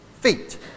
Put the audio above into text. feet